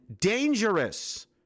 dangerous